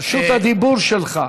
רשות הדיבור שלך.